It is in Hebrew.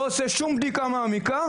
לא עושה שום בדיקה מעמיקה,